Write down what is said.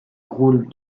gros